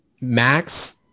Max